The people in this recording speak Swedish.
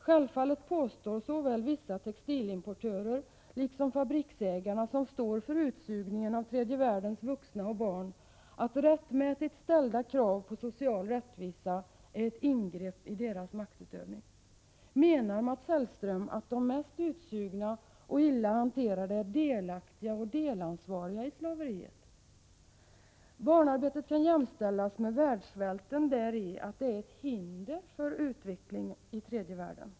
Självfallet påstår såväl vissa textilimportörer som fabriksägarna som står för utsugningen av tredje världens vuxna och barn att rättmätigt ställda krav på social rättvisa är ett ingrepp i deras maktutövning. Menar Mats Hellström att de mest utsugna och illa hanterade är delaktiga och delansvariga i slaveriet? Barnarbetet kan jämställas med världssvälten däri att det är ett hinder för utveckling i tredje världen.